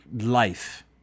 life